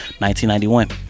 1991